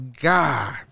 God